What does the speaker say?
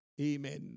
amen